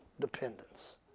dependence